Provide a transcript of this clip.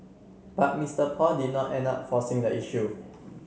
but Mr Paul did not end up forcing the issue